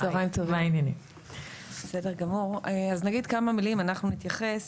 צוהריים טובים, נגיד כמה מילים, אנחנו נתייחס.